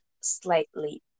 slightly